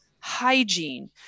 hygiene